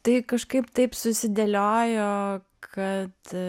tai kažkaip taip susidėliojo kad